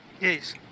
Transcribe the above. Yes